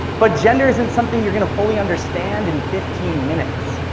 but, gender isn't something you're going to fully understand in fifteen minutes.